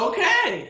Okay